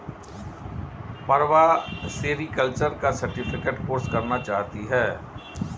Prabha sericulture का certificate course करना चाहती है